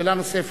שאלה נוספת,